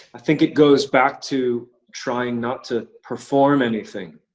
think it goes back to trying not to perform anything.